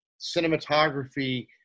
cinematography